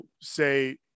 Say